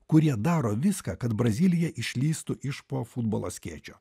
kurie daro viską kad brazilija išlįstų iš po futbolo skėčio